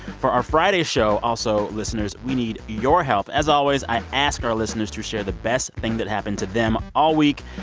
for our friday show, also, listeners, we need your help. as always, i ask our listeners to share the best thing that happened to them all week.